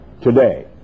today